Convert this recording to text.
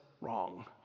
wrong